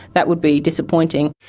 that would be disappointing.